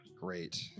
Great